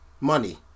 Money